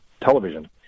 television